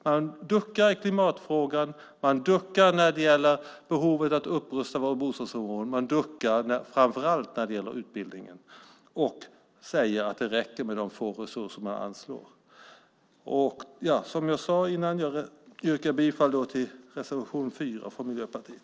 Man duckar i klimatfrågan, man duckar när det gäller behovet av att upprusta våra bostadsområden, och man duckar framför allt när det gäller utbildningen och säger att det räcker med de få resurser som man anslår. Som jag sade tidigare yrkar jag bifall till reservation 4 från Miljöpartiet.